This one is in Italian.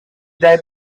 dai